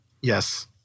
Yes